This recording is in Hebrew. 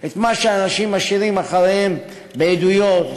את מה שהאנשים משאירים אחריהם בעדויות,